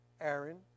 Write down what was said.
Aaron